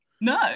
No